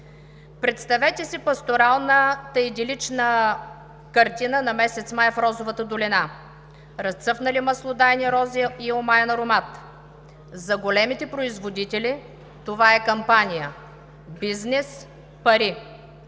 Представете си пасторалната идилична картина на месец май в Розовата долина – разцъфнали маслодайни рози и омаен аромат. За големите производители това е кампания, бизнес, пари.